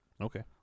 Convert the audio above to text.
Okay